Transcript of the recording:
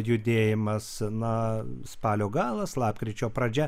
judėjimas na spalio galas lapkričio pradžia